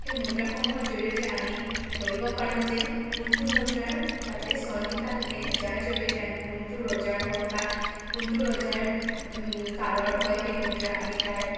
সেই মুদ্ৰাসমূহৰ জৰিয়তে আমি ধৰিব পাৰোঁ যে কোনটো মুদ্ৰাৰ তাতে চন লিখা থাকে যাৰ জৰিয়তে আমি কোনটো ৰজাৰ হওঁক বা কোনটো ৰজাৰ কালৰ হয় সেই মুদ্ৰা আমি তাৰ